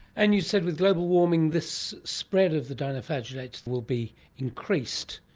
and you said with global warming this spread of the dino-flagellates will be increased.